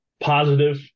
positive